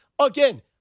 Again